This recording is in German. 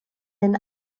den